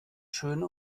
schöne